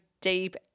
deep